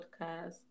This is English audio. Podcast